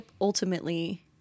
ultimately